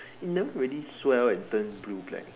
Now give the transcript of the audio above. it never really swell and turn blue black